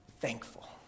thankful